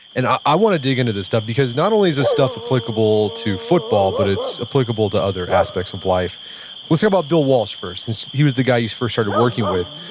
and i i want to dig into this stuff because not only is this stuff applicable to football, but it's applicable to other aspects of life let's hear about bill walsh first since he was the guy you first started working with.